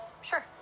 Sure